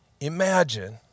Imagine